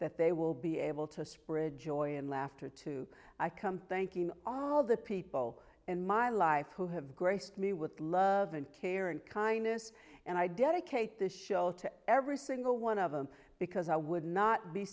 that they will be able to spread joy and laughter to i come thanking all the people in my life who have graced me with love and care and kindness and i dedicate this show to every single one of them because i would not be